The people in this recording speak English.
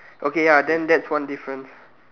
okay ya then that's one difference